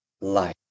life